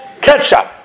ketchup